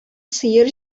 сыер